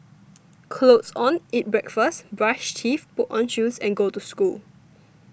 clothes on eat breakfast brush teeth put on shoes and go to school